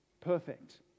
Perfect